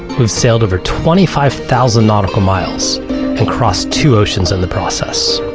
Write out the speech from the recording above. we've sailed over twenty five thousand nautical miles and crossed two oceans in the process.